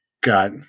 got